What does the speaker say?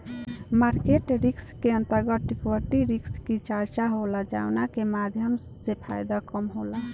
market risk के अंतर्गत equity risk के चर्चा होला जावना के माध्यम से फायदा कम होला